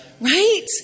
Right